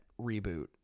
reboot